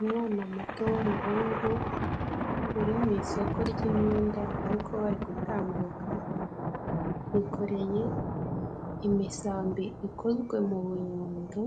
Umwana muto w'umuhungu uri mu isoko ry'imyenda ariko bari gutambuka, yikoreye imisambi ikozwe mu bunyundo,